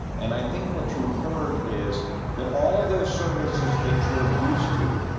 and i think what you heard is that all of those services that you're used to,